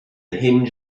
hinge